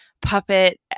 puppet